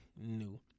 new